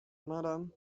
madam